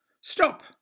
Stop